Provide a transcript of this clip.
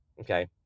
okay